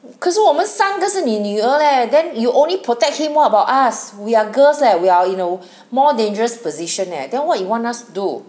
可是我们三个是你女儿 leh then you only protect him what about us we are girls leh we are you know more dangerous position leh then what you want us to do